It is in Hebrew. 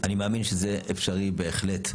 אני מאמין שזה אפשרי בהחלט.